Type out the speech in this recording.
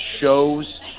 shows